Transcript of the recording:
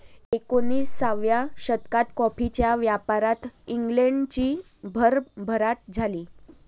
एकोणिसाव्या शतकात कॉफीच्या व्यापारात इंग्लंडची भरभराट झाली